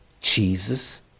Jesus